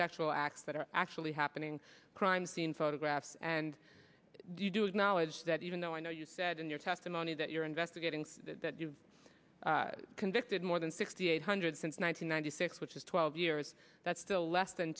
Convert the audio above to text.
sexual acts that are actually happening crime scene photographs and you do acknowledge that even though i know you said in your testimony that you're investigating that you convicted more than sixty eight hundred since one thousand nine hundred six which is twelve years that's still less than